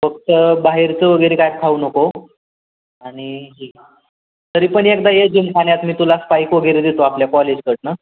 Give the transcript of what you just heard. फक्त बाहेरचं वगैरे काय खाऊ नको आणि तरी पण एकदा ये जिमखान्यात मी तुला स्पाईक वगैरे देतो आपल्या कॉलेजकडनं